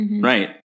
Right